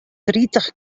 tritich